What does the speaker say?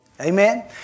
Amen